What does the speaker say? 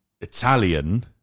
Italian